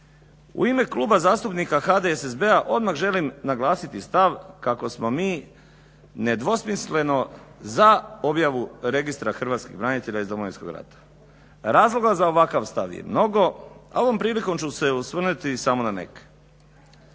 u ime Kluba zastupnika HDSSB-a odmah želim naglasiti stav kako smo mi nedvosmisleno za objavu Registra hrvatskih branitelja iz Domovinskog rata. Razloga za ovakav stav je mnogo, a ovom prilikom ću se osvrnuti samo na neke.